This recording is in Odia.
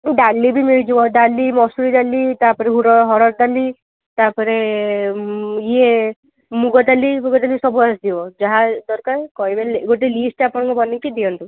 ଡାଲି ବି ମିଳିଯିବ ଡାଲି ମସୁର ଡାଲି ତାପରେ ହରଡ଼ ଡାଲି ତାପରେ ଇଏ ମୁଗ ଡାଲି ଫୁଗ ଡାଲି ସବୁ ଆସିଯିବ ଯାହା ଦରକାର କହିବେ ଗୋଟେ ଲିଷ୍ଟ୍ ଆପଣ ବନାଇକି ଦିଅନ୍ତୁ